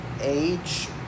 age